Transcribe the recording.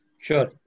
Sure